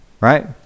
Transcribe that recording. Right